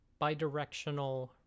bidirectional